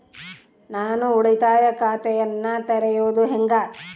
ನಾನು ಉಳಿತಾಯ ಖಾತೆಯನ್ನ ತೆರೆಯೋದು ಹೆಂಗ?